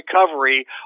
Recovery